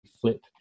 flip